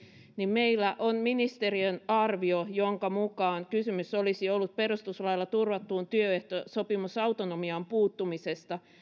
niin meillä on ministeriön arvio jonka mukaan kysymys olisi ollut perustuslailla turvattuun työehtosopimusautonomiaan puuttumisesta